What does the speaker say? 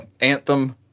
anthem